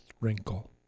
wrinkle